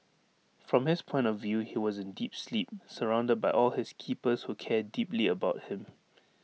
from his point of view he was in deep sleep surrounded by all his keepers who care deeply about him